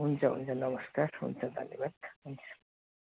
हुन्छ हुन्छ नमस्कार हुन्छ धन्यवाद हुन्छ